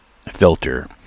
filter